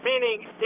meaning